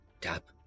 Tap